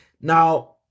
Now